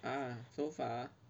ah so far